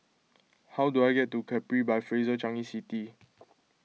how do I get to Capri by Fraser Changi City